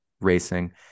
racing